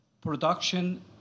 production